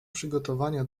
przygotowania